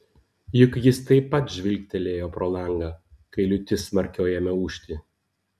juk jis taip pat žvilgtelėjo pro langą kai liūtis smarkiau ėmė ūžti